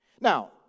Now